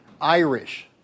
Irish